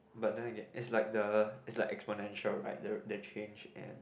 but then again is like the is like experiential right they change and